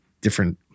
different